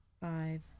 Five